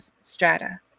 strata